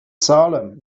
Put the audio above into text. salem